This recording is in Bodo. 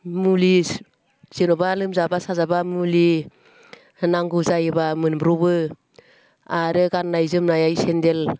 मुलि जेन'बा लोमजाब्ला साजाब्ला मुलि नांगौ जायोब्ला मोनब्र'बो आरो गाननाय जोमनाय सेन्डेल